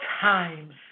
times